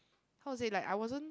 how to say like I wasn't